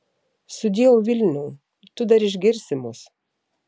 sudieu vilniau tu dar išgirsi mus